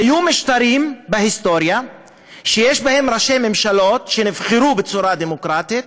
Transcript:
היו משטרים בהיסטוריה שהיו בהם ראשי ממשלות שנבחרו בצורה דמוקרטית,